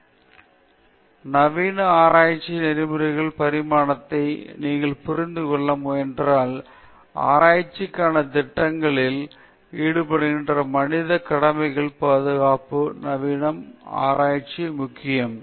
எனவே நவீன ஆராய்ச்சி நெறிமுறைகளின் பரிணாமத்தை நீங்கள் புரிந்துகொள்ள முயன்றால் ஆராய்ச்சிக்கான திட்டங்களில் ஈடுபடுகின்ற மனிதக் கடமைகளின் பாதுகாப்பு நவீன ஆராய்ச்சிக்கான முக்கியத்துவத்தின் முக்கிய அம்சங்களில் ஒன்றாகும்